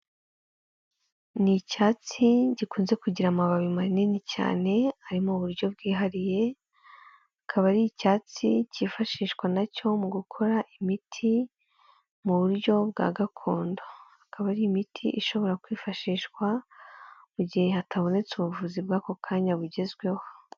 Ni icyatsi gikunze kugira amababi manini cyane ari mu buryo bwihariye, akaba ari icyatsi cyifashishwa na cyo mu gukora imiti mu buryo bwa gakondo. Akaba ari imiti ishobora kwifashishwa mu gihe hatabonetse ubuvuzi bw'ako kanya bugezweho.